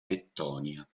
lettonia